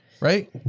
Right